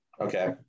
Okay